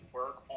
work